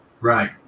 Right